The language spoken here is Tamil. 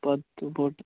பத்து போட்டு